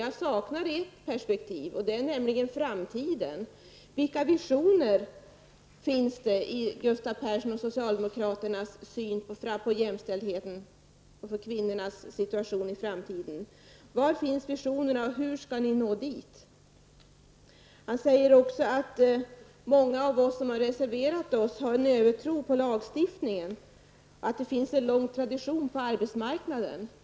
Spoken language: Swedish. Jag saknar ett perspektiv, och det är framtiden. Vilka visioner finns det i Gustav Perssons och socialdemokraternas syn på jämställdhet och på kvinnornas situation i framtiden? Vad har ni för visioner, och hur skall ni nå målen? Gustav Persson säger att många av oss som har reserverat oss har en övertro på lagstiftningen, att det finns en lång tradition på arbetsmarknaden.